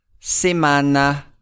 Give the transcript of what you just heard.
semana